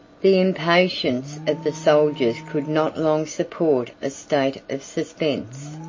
the impatience of the soldiers could not long support a state of suspense.